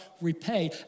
repay